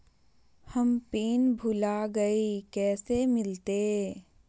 हम पिन भूला गई, कैसे मिलते?